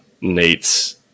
Nate's